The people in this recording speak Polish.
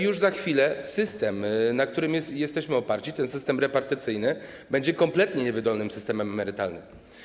Już za chwilę system, na którym się opieramy, ten system repartycyjny, będzie kompletnie niewydolnym systemem emerytalnym.